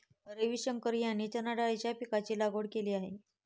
रविशंकर यांनी चणाडाळीच्या पीकाची लागवड केली आहे